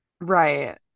right